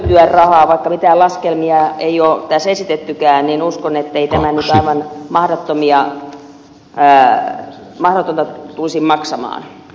vaikka mitään laskelmia ei ole tässä esitettykään niin uskon ettei tämä nyt aivan mahdottomia tulisi maksamaan